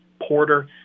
Porter